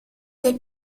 del